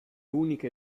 uniche